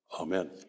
amen